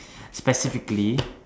specifically